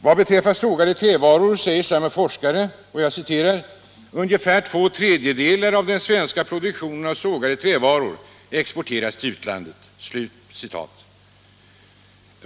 Vad beträffar sågade trävaror säger samme forskare: ”Ungefär två tredjedelar av den svenska produktionen av sågade trävaror exporteras till utlandet”.